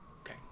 okay